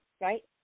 Right